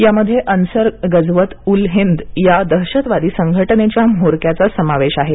यामध्ये अन्सर गझवत उल हिंद या दहशतवादी संघटनेच्या म्होरक्याचा समावेश आहे